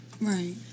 Right